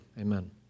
amen